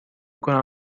کنم